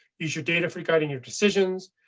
use your data free, guiding your decisions.